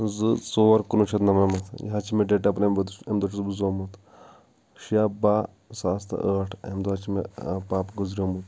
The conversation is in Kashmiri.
زٕ ژور کُنوُہ شیٚتھ نَمنَمتھ یہِ حظ چھ مےٚ ڈیٹ آف بٔرتھ امِہ دۅہ چھُس بہٕ زامُت شیٚے باہہ زٕ ساس تہٕ ٲٹھ اَمہِ دۅہ چھُ مےٚ پاپہٕ گُزریٚومُت